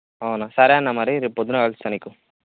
అవునా సరే అన్న మరి రేపు పొద్దున్న కలుస్తాను నీకు